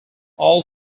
all